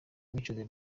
mico